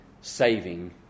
saving